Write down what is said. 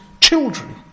Children